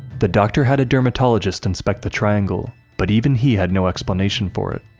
the doctor had a dermatologist inspect the triangle, but even he had no explanation for it.